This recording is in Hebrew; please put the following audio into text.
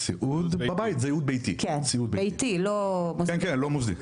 סיעוד בבית, זה סיעוד ביתי, לא מוסדי.